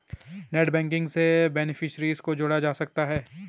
net banking से beneficiary जोड़ा जा सकता है